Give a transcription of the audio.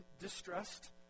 distressed